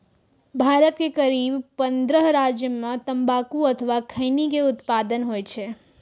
भारत के करीब पंद्रह राज्य मे तंबाकू अथवा खैनी के उत्पादन होइ छै